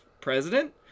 president